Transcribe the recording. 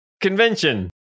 convention